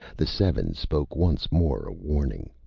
the seven spoke once more, a warning.